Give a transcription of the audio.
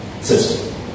system